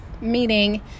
meaning